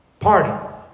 pardon